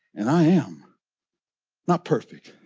and i am not perfect,